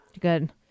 Good